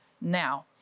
now